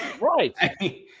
Right